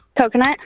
Coconut